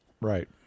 Right